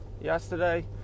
yesterday